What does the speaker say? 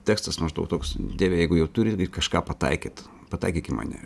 tekstas maždaug toks dieve jeigu jau turi į kažką pataikyt pataikyk į mane